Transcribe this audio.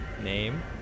Name